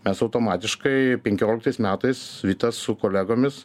mes automatiškai penkioliktais metais vytas su kolegomis